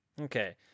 Okay